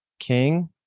King